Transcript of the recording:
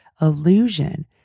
illusion